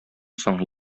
соң